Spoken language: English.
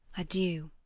adieu.